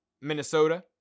Minnesota